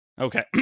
Okay